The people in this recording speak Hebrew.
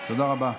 תודה רבה.